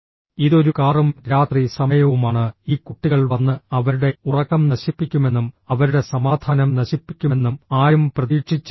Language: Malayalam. ഇതൊരു കാറും രാത്രി സമയവുമാണ് ഈ കുട്ടികൾ വന്ന് അവരുടെ ഉറക്കം നശിപ്പിക്കുമെന്നും അവരുടെ സമാധാനം നശിപ്പിക്കുമെന്നും ആരും പ്രതീക്ഷിച്ചിരുന്നില്ല